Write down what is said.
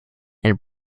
and